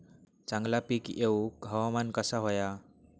चांगला पीक येऊक हवामान कसा होया?